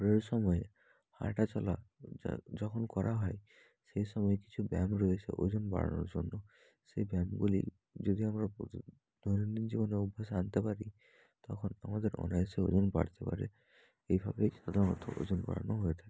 ভোরের সময় হাঁটা চলা যখন করা হয় সেই সময় কিছু ব্যায়াম রয়েছে ওজন বাড়ানোর জন্য সেই ব্যায়ামগুলির যদি আমরা প্রতিদিন দৈনন্দিন জীবনে অভ্যাসে আনতে পারি তখন আমাদের অনায়াসে ওজন বাড়তে পারে এইভাবেই সাধারণত ওজন বাড়ানো হয়ে থাকে